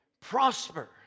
Prosper